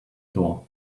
door